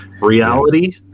Reality